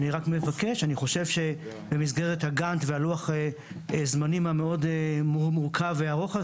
אני מבקש שבמסגרת הגאנט ולוח הזמנים המאוד מורכב והארוך,